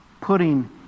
putting